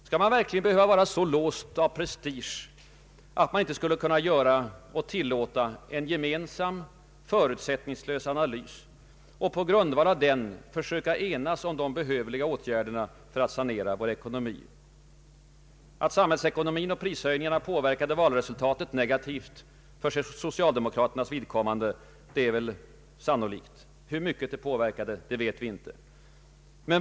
Skall man verkligen behöva vara så låst i prestige, att man inte skulle kunna göra och tillåta en gemensam förutsättningslös analys och på grundval av den försöka enas om de behövliga åtgärderna för att sanera Sveriges ekonomi? Att samhällsekonomin och prishöjningarna påverkade «valresultatet negativt för socialdemokraternas vidkommande är sannolikt. Hur mycket, vet vi inte.